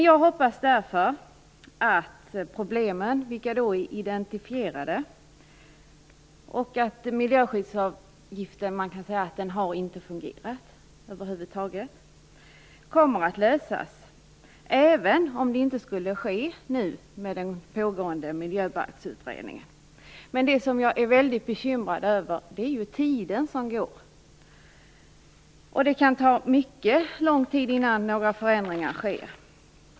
Jag hoppas därför att problemen är identifierade. Man kan säga att miljöskyddsavgiften över huvud taget inte har fungerat. Frågan kommer att lösas även om det inte skulle ske i och med den pågående Miljöbalksutredningen. Men det som jag är väldigt bekymrad över är att tiden går. Det kan ta mycket lång tid innan några förändringar sker.